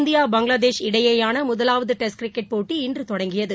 India Bangladesh இடையேயானமுதலாவதடெஸ்ட் cricket போட்டி இன்றுதொடங்கியது